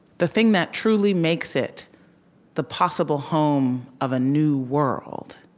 the thing that truly makes it the possible home of a new world,